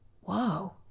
Whoa